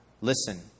listen